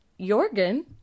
Jorgen